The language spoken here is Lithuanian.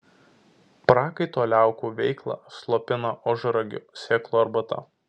prakaito liaukų veiklą slopina ožragių sėklų arbata